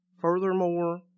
Furthermore